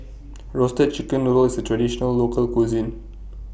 Roasted Chicken Noodle IS A Traditional Local Cuisine